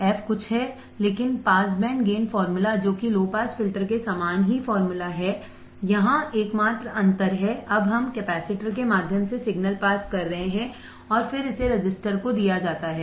f कुछ है लेकिन पास बैंड गेन फार्मूला जो कि लो पास फिल्टर के समान ही फॉर्मूला है यहां एकमात्र अंतर है अब हम कैपेसिटर के माध्यम से सिग्नल पास कर रहे हैं और फिर इसे रजिस्टर को दिया जाता है